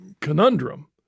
conundrum